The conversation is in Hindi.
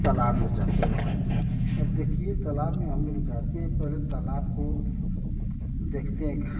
तालाब मे जाते हैं अब देखिए तालाब में हम लोग जाते हैं पहले तालाब को देखते हैं घर